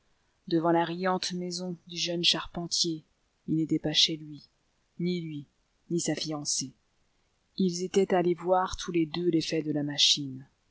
devant la riante maison du jeune charpentier il n'était pas chez lui ni lui ni sa fiancée ils étaient allés voir tous les deux l'effet de la machine